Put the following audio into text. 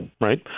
right